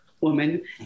woman